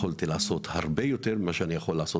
יכולתי בסכסוכים כאלה לעשות הרבה יותר ממה שאני יכול היום,